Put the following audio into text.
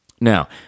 Now